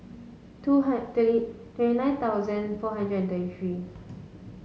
two twenty twenty nine thousand four hundred and thirty three